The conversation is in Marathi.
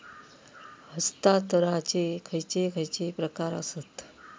हस्तांतराचे खयचे खयचे प्रकार आसत?